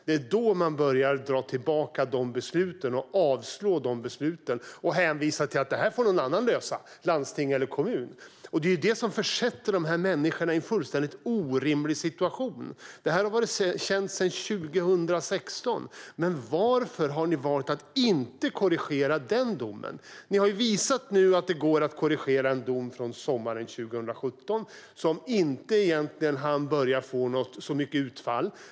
Det var då man började dra tillbaka de besluten eller avslå de besluten och hänvisa till att det här får någon annan lösa i landsting eller kommun. Det är det som försätter de här människorna i en fullständigt orimlig situation, och det har varit känt sedan 2016. Varför har ni valt att inte korrigera den domen, Mikael Dahlqvist? Nu har ni ju visat att det går att korrigera en dom från sommaren 2017 som egentligen inte hann börja få så mycket utfall.